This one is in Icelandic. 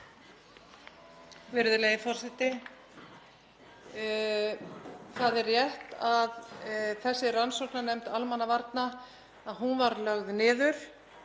Virðulegi forseti. Það er rétt að þessi rannsóknarnefnd almannavarna var lögð niður.